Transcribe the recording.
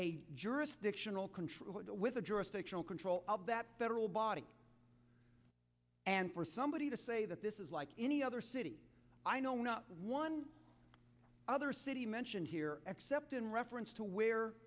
a jurisdictional control with the jurisdictional control of that federal body and for somebody to say that this is like any other city i know not one other city mentioned here except in reference to where